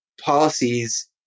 policies